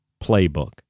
playbook